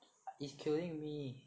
is killing me